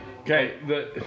Okay